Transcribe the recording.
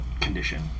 condition